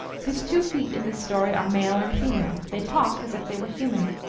his two feet in this story are male and female they talk as if they were human.